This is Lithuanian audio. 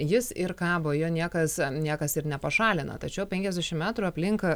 jis ir kabo jo niekas niekas ir nepašalina tačiau penkiasdešimt metrų aplink